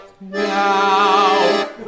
Now